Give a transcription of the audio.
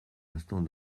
instant